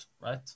right